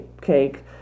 cake